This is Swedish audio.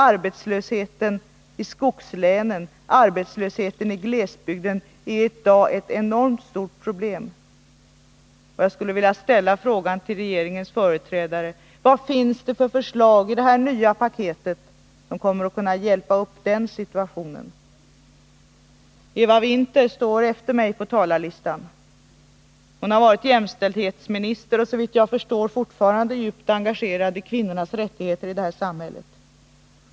Arbetslösheten i skogslänen och i glesbygden är i dag ett enormt problem. Jag ställer frågan till regeringens företrädare: Vilka förslag i detta nya sparpaket kommer att hjälpa upp den situationen? Eva Winther, som står långt ner på talarlistan, har varit jämställdhetsminister och är såvitt jag förstår djupt engagerad i kvinnornas rättigheter i det här samhället.